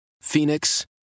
Phoenix